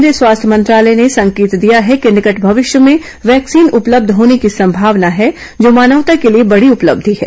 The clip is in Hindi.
केन्द्रीय स्वास्थ्य मंत्रालय ने संकेत दिया है कि निकट भविष्य में वैक्सीन उपलब्ध होने की संभावना है जो मानवता के लिए बड़ी उपलब्धि है